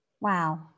Wow